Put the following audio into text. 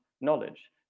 knowledge